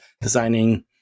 designing